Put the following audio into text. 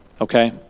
Okay